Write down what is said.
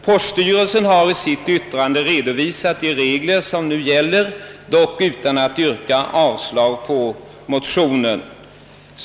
Poststyrelsen redovisar i sitt yttrande de regler som nu gäller, dock utan att förorda avslag på motionen.